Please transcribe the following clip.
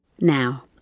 Now